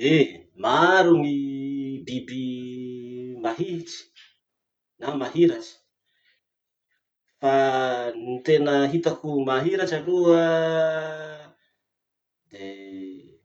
Eh! Maro gny biby mahihitsy na mahiratsy fa ny tena hitako mahiratsy aloha de